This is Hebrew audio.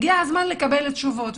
הגיע הזמן לקבל תשובות.